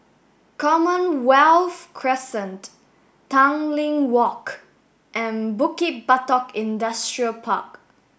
Commonwealth Crescent Tanglin Walk and Bukit Batok Industrial Park